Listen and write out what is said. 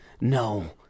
no